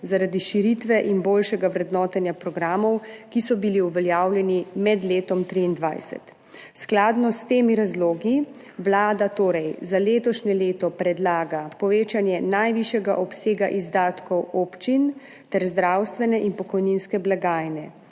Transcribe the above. zaradi širitve in boljšega vrednotenja programov, ki so bili uveljavljeni med letom 2023. Skladno s temi razlogi Vlada torej za letošnje leto predlaga povečanje najvišjega obsega izdatkov občin ter zdravstvene in pokojninske blagajne,